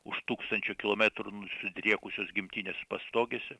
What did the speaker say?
už tūkstančių kilometrų nusidriekusios gimtinės pastogėse